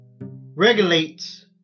regulates